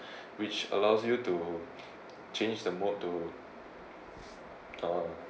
which allowed you to change the mode to uh